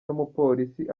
n’umupolisi